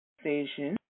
station